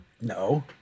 No